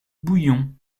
bouillon